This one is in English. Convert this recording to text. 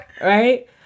Right